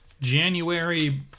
January